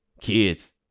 Kids